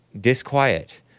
Disquiet